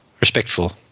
respectful